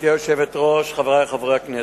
גברתי היושבת-ראש, חברי חברי הכנסת,